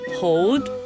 hold